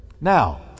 Now